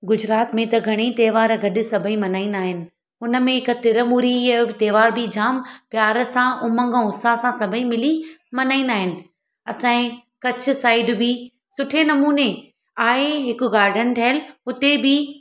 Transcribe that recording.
गुजरात में त घणेई त्योहार गॾु सभई मल्हाईंदा आहिनि उन में हिकु तिरमूरी इहो त्योहार बि जामु प्यार सां उमंग उत्साह सां सभई मिली मल्हाईंदा आहिनि असांजे कच्छ साइड बि सुठे नमूने आहे हिकु गार्डन ठहियलु उते बि